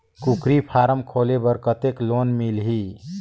कूकरी फारम खोले बर कतेक लोन मिलही?